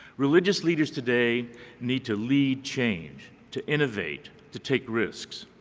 religious leaders today need to lead change, to innovate, to take risks.